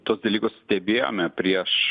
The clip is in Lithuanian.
tuos dalykus stebėjome prieš